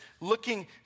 looking